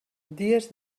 dies